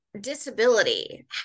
Disability